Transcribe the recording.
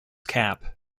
cap